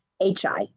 H-I